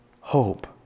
hope